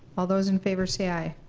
all those in favor say aye.